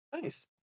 Nice